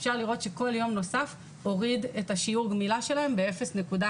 אפשר לראות שכל יום נוסף הוריד את שיעור הגמילה שלהם ב-0.4%.